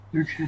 Okay